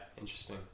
interesting